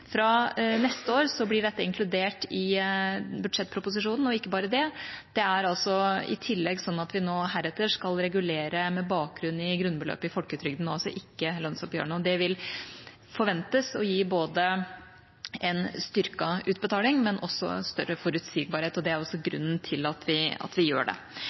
Fra neste år blir dette inkludert i budsjettproposisjonen, og ikke bare det, i tillegg skal vi heretter regulere med bakgrunn i grunnbeløpet i folketrygden, ikke i lønnsoppgjørene. Det forventes å gi både en styrket utbetaling og en større forutsigbarhet, og det er også grunnen til at vi gjør det.